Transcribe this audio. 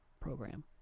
program